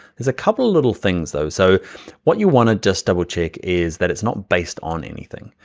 there's a couple of little things though, so what you wanna just double check is that it's not based on anything.